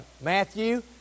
Matthew